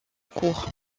cour